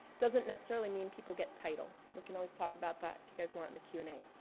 doesn't necessarily mean people get title. we can always talk about that if you guys want in the q and a.